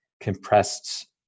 compressed